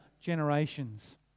generations